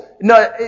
No